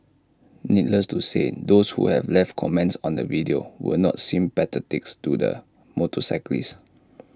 needless to say those who have left comments on the video were not sympathetic to the motorcyclist